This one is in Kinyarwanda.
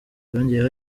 yongeyeho